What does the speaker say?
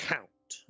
Count